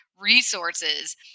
resources